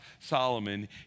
Solomon